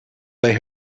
they